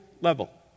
level